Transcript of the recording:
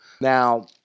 Now